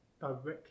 directly